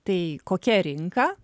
tai kokia rinka